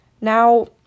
now